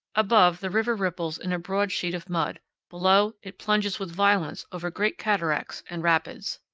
above, the river ripples in a broad sheet of mud below, it plunges with violence over great cataracts and rapids.